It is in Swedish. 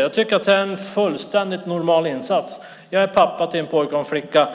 Jag tycker att det är en fullständigt normal insats. Jag är pappa till en pojke och en flicka.